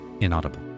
inaudible